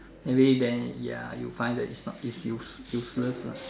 maybe then ya you find that is not is use~ useless lah